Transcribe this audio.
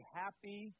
happy